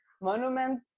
monument